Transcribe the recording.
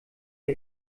der